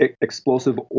explosive